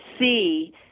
see